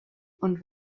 und